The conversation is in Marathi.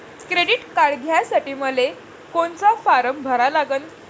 क्रेडिट कार्ड घ्यासाठी मले कोनचा फारम भरा लागन?